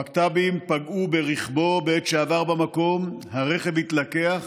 הבקת"בים פגעו ברכבו בעת שעבר במקום, הרכב התלקח